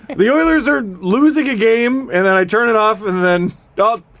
the oilers are losing a game and then i turn it off and then ope,